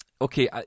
Okay